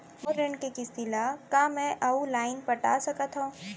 मोर ऋण के किसती ला का मैं अऊ लाइन पटा सकत हव?